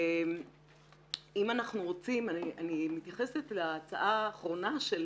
אם אנחנו רוצים אני מתייחסת להצעה האחרונה של